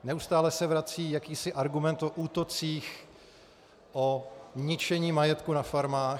Neustále se vrací jakýsi argument o útocích, o ničení majetku na farmách.